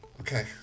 Okay